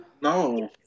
No